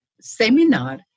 seminar